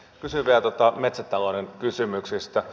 kysyn vielä metsätalouden kysymyksistä